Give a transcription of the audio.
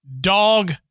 dog